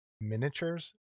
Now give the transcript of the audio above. miniatures